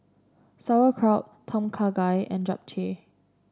Sauerkraut Tom Kha Gai and Japchae